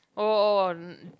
oh oh oh on